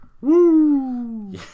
Woo